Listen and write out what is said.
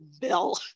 Bill